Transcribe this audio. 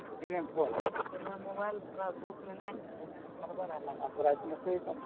sir मेरा mobile थोड़ा धूप में नहीं दिखेगा गड़बड़ है लाइट